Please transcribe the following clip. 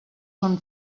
són